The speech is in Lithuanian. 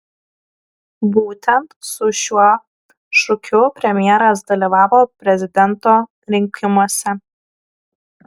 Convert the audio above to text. būtent su šiuo šūkiu premjeras dalyvavo prezidento rinkimuose